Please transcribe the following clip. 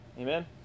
Amen